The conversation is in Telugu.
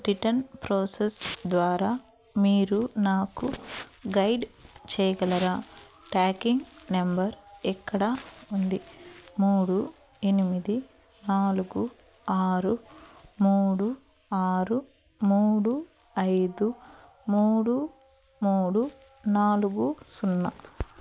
రిటన్ ప్రోసస్ ద్వారా మీరు నాకు గైడ్ చేయగలరా ట్రాకింగ్ నంబర్ ఇక్కడ ఉంది మూడు ఎనిమిది నాలుగు ఆరు మూడు ఆరు మూడు ఐదు మూడు మూడు నాలుగు సున్నా